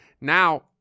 Now